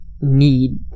need